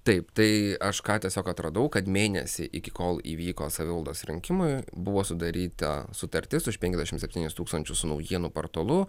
taip tai aš ką tiesiog atradau kad mėnesį iki kol įvyko savivaldos rinkimai buvo sudaryta sutartis už penkiasdešim septynis tūkstančius su naujienų portalu